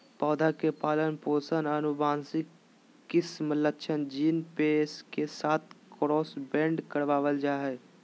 पौधा के पालन पोषण आनुवंशिक किस्म लक्षण जीन पेश के साथ क्रॉसब्रेड करबाल जा हइ